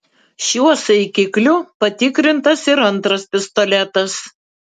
šiuo saikikliu patikrintas ir antras pistoletas